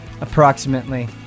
approximately